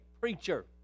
preacher